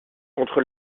contre